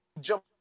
jump